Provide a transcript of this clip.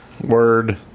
Word